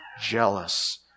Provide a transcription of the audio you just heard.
jealous